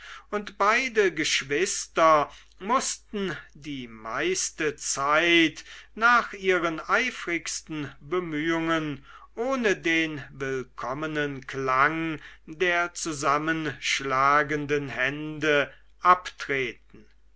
und beide geschwister mußten die meiste zeit nach ihren eifrigsten bemühungen ohne den willkommenen klang der zusammenschlagenden hände abtreten